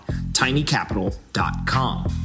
tinycapital.com